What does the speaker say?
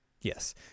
Yes